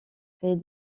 près